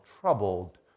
troubled